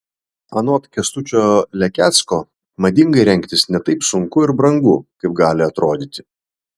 anot kęstučio lekecko madingai rengtis ne taip sunku ir brangu kaip gali atrodyti